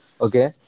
okay